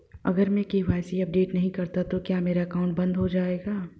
अगर मैं KYC update नहीं करता तो क्या मेरा अकाउंट बंद हो जाएगा?